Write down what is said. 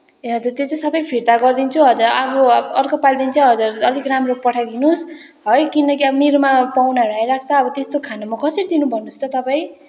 ए हजुर त्यो चाहिँ सबै फिर्ता गरिदिन्छु हजुर अब अर्कोपालिदेखि चाहिँ हजुहरूले अलिक राम्रो पठाइ दिनुहोस् है किनकि अब मेरोमा पाहुनाहरू आइराख्छ अब त्यस्तो खाना म कसरी दिनु म भन्नुहेस् त तपाईँ